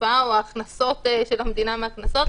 האכיפה או ההכנסות של המדינה מהקנסות,